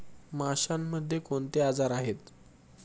माशांमध्ये कोणते आजार आहेत?